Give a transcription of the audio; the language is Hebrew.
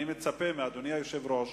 אני מצפה מאדוני היושב-ראש